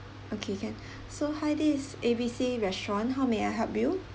okay can so hi this is A B C restaurant how may I help you